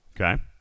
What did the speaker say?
Okay